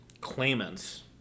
claimants